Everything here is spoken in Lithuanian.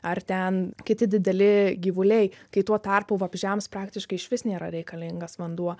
ar ten kiti dideli gyvuliai kai tuo tarpu vabzdžiams praktiškai išvis nėra reikalingas vanduo